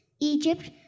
Egypt